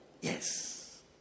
yes